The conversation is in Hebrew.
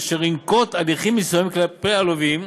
אשר ינקוט הליכים מסוימים כלפי הלווים,